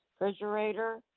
refrigerator